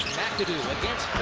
mcadoo against